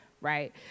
right